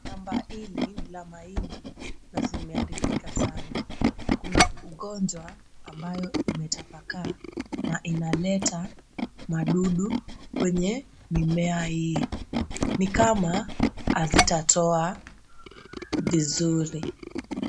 Shamba hili ni la mahindi na zimeharibika sana. Kuna ugonjwa ambayo imetapakaa na inaleta madudu kwenye mimea hii, ni kama hazitatoa vizuri.